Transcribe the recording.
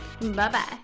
Bye-bye